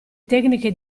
tecniche